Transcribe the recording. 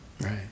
Right